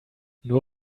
nur